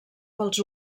pels